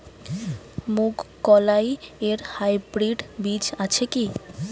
মুগকলাই এর হাইব্রিড বীজ আছে কি?